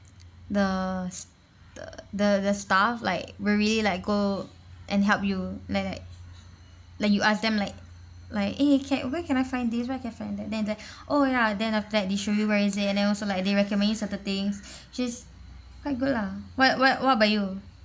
the s~ the the the staff like really like go and help you like that like you ask them like like eh can where can I find these where can I find that then they oh ya then after that they show you where is it and then also like they recommend you certain things which is quite good lah what what what about you